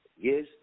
Yes